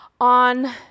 on